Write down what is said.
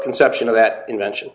conception of that invention